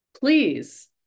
please